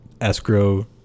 escrow